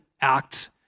Act